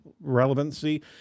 relevancy